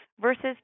versus